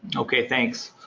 okay, thanks.